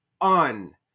on